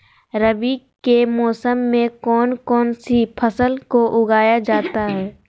रवि के मौसम में कौन कौन सी फसल को उगाई जाता है?